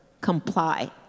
comply